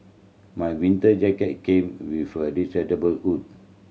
my winter jacket came with a detachable hood